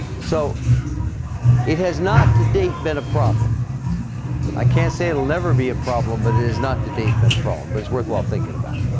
so it has not to date been a problem i can't say it'll never be a problem, but it is not the date been a problem, but it's worthwhile thinking about